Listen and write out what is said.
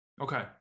Okay